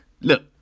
look